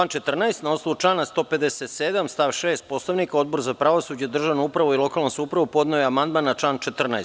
Na osnovu člana 157. stav 6. Poslovnika, Odbor za pravosuđe, državnu upravu i lokalnu samoupravu podneo je sam amandman na član 14.